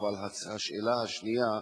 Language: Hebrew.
אבל השאלה השנייה,